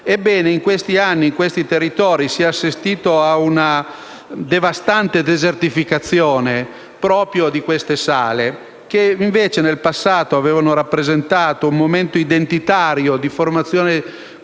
Ebbene, in questi anni, in questi territori si è assistito ad una devastante desertificazione, con la scomparsa di queste sale, che invece, in passato, avevano rappresentato un momento identitario di formazione culturale